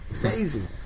Amazing